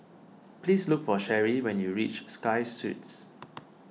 please look for Sherie when you reach Sky Suites